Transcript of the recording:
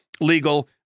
legal